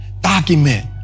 Document